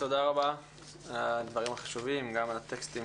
תודה רבה על הדברים החשובים, גם על הטקסטים